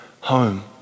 home